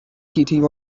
heating